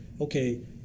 okay